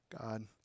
God